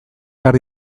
behar